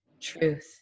truth